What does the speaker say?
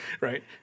Right